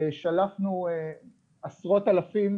שלפנו עשרות אלפים,